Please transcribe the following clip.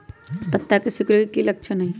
पत्ता के सिकुड़े के की लक्षण होइ छइ?